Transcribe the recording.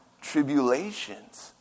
tribulations